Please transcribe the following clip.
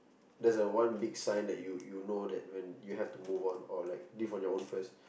that's a one big sign that you you know that when you have to move on or like live on your own first